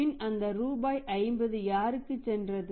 பின் அந்த ரூபாய் 50 யாருக்கு சென்றது